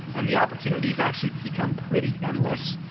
and the opportunities actually become pretty endless